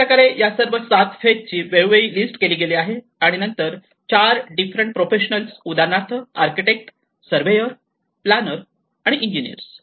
अशा प्रकारे या सर्व 7 फेज ची वेळोवेळी लिस्ट केली गेली आहे आणि नंतर 4 डिफरंट प्रोफेशनल उदाहरणार्थ आर्किटेक्ट सर्व्हेअर प्लॅनर इंजीनियर्स